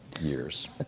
years